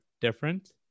different